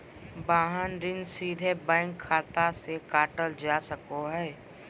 वाहन ऋण सीधे बैंक खाता से काटल जा सको हय